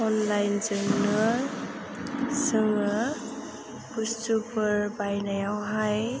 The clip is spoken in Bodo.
अनलाइनजोंनो जोङो बुस्तुफोर बायनायावहाय